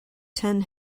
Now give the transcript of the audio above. ten